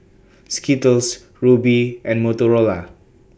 Skittles Rubi and Motorola